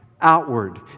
Outward